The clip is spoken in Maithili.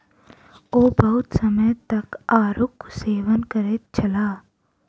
ओ बहुत समय तक आड़ूक सेवन करैत छलाह